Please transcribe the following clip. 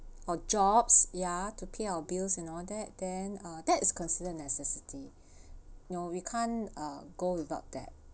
or jobs ya to pay our bills and all that then uh that is considered a necessity you know we can't uh go without them